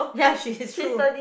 ya she is true